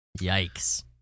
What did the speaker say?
Yikes